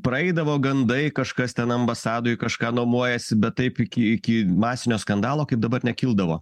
praeidavo gandai kažkas ten ambasadoj kažką nuomojasi bet taip iki iki masinio skandalo kaip dabar nekildavo